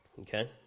okay